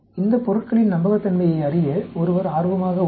இந்த பொருட்களின் நம்பகத்தன்மையை அறிய ஒருவர் ஆர்வமாக உள்ளார்